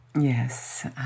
Yes